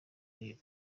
muri